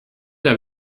der